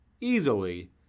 easily